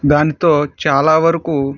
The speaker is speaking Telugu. దానితో చాలా వరకు